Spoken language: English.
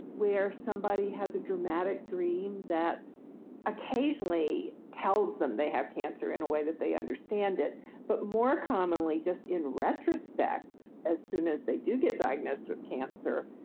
where somebody has a dramatic dream that occasionally tells them they have cancer in a way that they understand it but more commonly just in retrospect, as soon as they do get diagnosed with cancer,